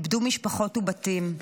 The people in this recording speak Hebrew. איבדו משפחות ובתים.